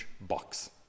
box